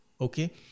Okay